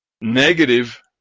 negative